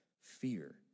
fear